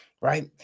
right